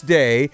day